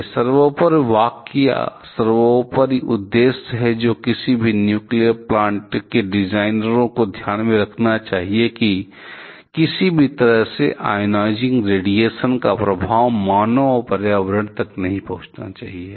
यह सर्वोपरि वाक्य या सर्वोपरि उद्देश्य है जो किसी भी न्यूक्लियर प्लांट के डिजाइनरों को ध्यान में रखना चाहिए कि किसी भी तरह से आयोनाइजिंग रेडिएशन का प्रभाव मानव और पर्यावरण तक नहीं पहुंचना चाहिए